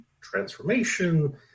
transformation